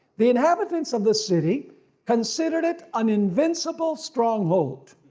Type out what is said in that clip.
the inhabitants of the city considered it an invincible stronghold.